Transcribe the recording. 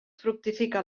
fructifica